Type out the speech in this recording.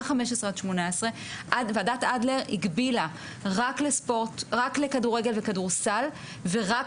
ועדת אדלר הגבילה רק לכדורגל וכדורסל ורק